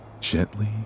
Gently